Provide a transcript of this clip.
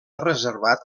reservat